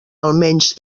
almenys